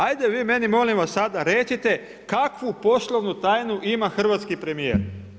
Ajde, vi meni, molim vas recite, kakvu poslovnu tajnu ima hrvatski premjer?